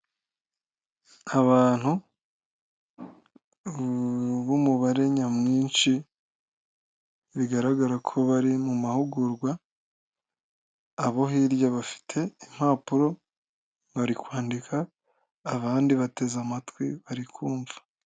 Abantu b'umubare nyamwinshi bigaragara ko bari mu mahugurwa. Abo hirya bafite impapuro bari kwandika, abandi bateze amatwi bari kumva.